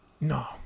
No